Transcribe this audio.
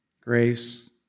Grace